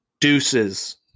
Deuces